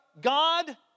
God